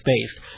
based